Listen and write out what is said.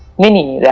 mini. yeah